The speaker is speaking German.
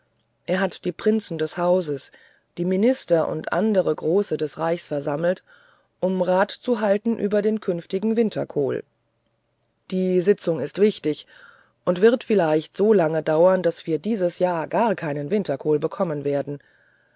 er hat die prinzen des hauses die minister und andere große des reichs versammelt um rat zu halten über den künftigen winterkohl die sitzung ist wichtig und wird vielleicht so lange dauern daß wir dieses jahr gar keinen winterkohl bekommen werden